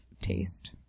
taste